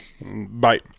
Bye